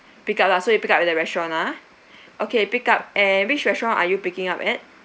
pick up lah so you pick up at the restaurant ah okay pick up eh which restaurant are you picking up at